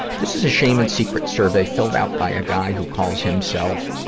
this is a shame and secret survey filed out by a guy who calls himself, ah,